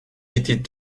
étaient